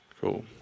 Cool